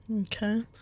Okay